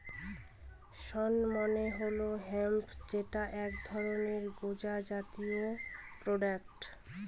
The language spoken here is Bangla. শণ মানে হল হেম্প যেটা এক ধরনের গাঁজা জাতীয় প্রোডাক্ট